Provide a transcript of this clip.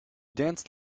danced